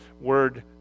word